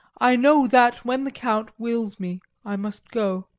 i know that when the count wills me i must go.